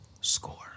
score